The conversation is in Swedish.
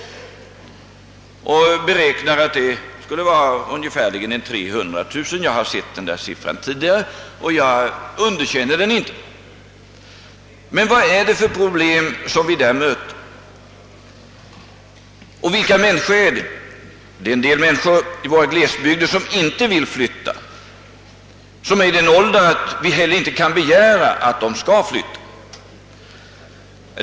Antalet sådana människor beräknas uppgå till omkring 300 000, sade herr Hermansson. Ja, jag har sett den siffran tidigare, och jag underkänner den inte. Men vad är det för problem vi där möter, och vilka människor gäller det? Det är en del människor i våra glesbygder som inte vill flytta och som befinner sig i en sådan ålder att vi inte heller kan begära att de skall flytta.